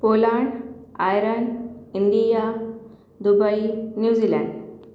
Poland Ireland India Dubai New Zealand